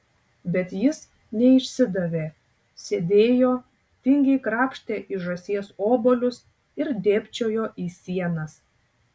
bet jis neišsidavė sėdėjo tingiai krapštė iš žąsies obuolius ir dėbčiojo į sienas